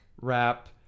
Rap